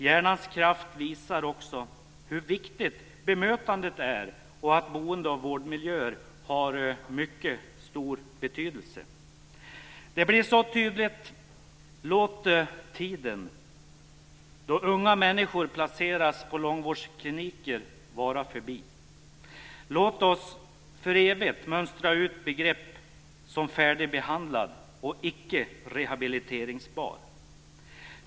Hjärnans kraft visar också hur viktigt bemötandet är och att boende och vårdmiljöer har mycket stor betydelse. Det blir så tydligt: Låt tiden då unga människor placeras på långvårdskliniker vara förbi. Låt oss för evigt mönstra ut begrepp som "färdigbehandlad" och "icke rehabiliteringsbar".